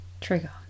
trigger